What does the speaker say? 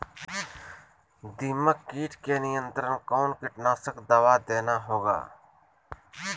दीमक किट के नियंत्रण कौन कीटनाशक दवा देना होगा?